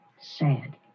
sad